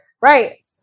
Right